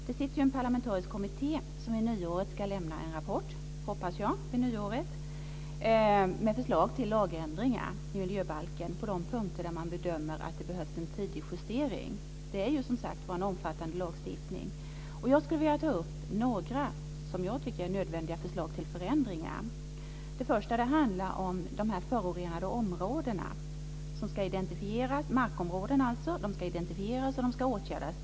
Det sitter ju en parlamentarisk kommitté som vid nyåret ska lämna en rapport - hoppas jag - med förslag till lagändringar i miljöbalken på de punkter där man bedömer att det behövs en tidig justering. Det är ju som sagt en omfattande lagstiftning. Jag skulle vilja ta upp några i mitt tycke nödvändiga förslag till förändringar. Det första handlar om de förorenade markområden som enligt miljöbalken ska identifieras och åtgärdas.